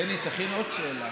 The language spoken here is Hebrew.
בני, תכין עוד שאלה.